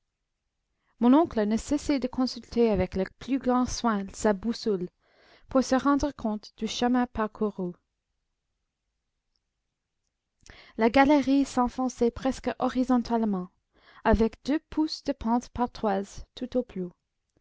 mon oncle ne cessait de consulter avec le plus grand soin sa boussole pour se rendre compte du chemin parcouru la galerie s'enfonçait presque horizontalement avec deux pouces de pente par toise tout au plus